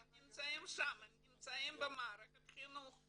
הם נמצאים במערכת החינוך.